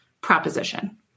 proposition